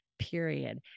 period